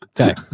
okay